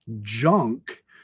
junk